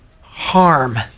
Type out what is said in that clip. Harm